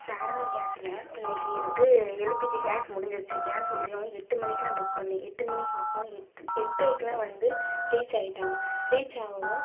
சாரணம் கேஸில் இன்னைக்கு எனக்கு எல்பிஜி கேஸ் முடிஞ்சுடுச்சி கேஸ் முடியவும் எட்டு மணிக்கெல்லாம் புக் பண்ணேன் எட்டு மணிக்கு புக் பண்ணி எட்டு எட்டரைக்கெல்லாம் வந்து ரீச் ஆகிட்டாங்க ரீச் ஆகவும்